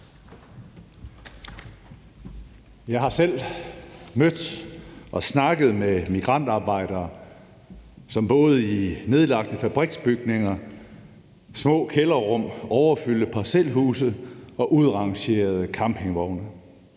Jeg har selv mødt og snakket med migrantarbejdere, som boede i nedlagte fabriksbygninger, små kælderrum, overfyldte parcelhuse og udrangerede campingvogne.